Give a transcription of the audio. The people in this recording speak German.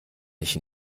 nicht